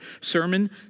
sermon